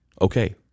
Okay